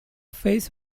face